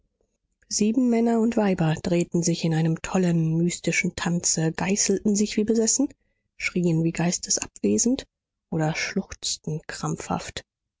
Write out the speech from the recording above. sieben männer und weiber drehten sich in einem tollen mystischen tanze geißelten sich wie besessen schrieen wie geistesabwesend oder schluchzten krampfhaft